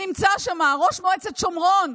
נמצא שם ראש מועצת שומרון,